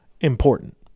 important